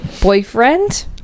boyfriend